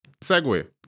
segue